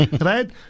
right